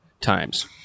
times